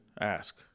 ask